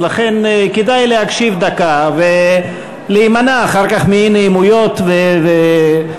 אז לכן כדאי להקשיב דקה ולהימנע אחר כך מאי-נעימויות ואי-הבנות.